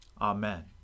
Amen